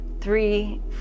three